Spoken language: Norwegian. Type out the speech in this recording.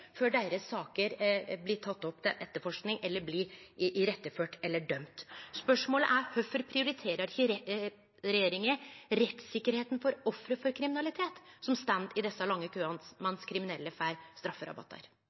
blir tekne opp til etterforsking eller blir iretteførte eller ein får ein dom. Spørsmålet er: Kvifor prioriterer ikkje regjeringa rettssikkerheita for offer for kriminalitet, som står i desse lange køane mens kriminelle får strafferabattar?